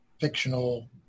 fictional